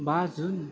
बा जुन